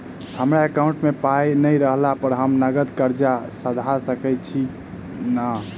हमरा एकाउंट मे पाई नै रहला पर हम नगद कर्जा सधा सकैत छी नै?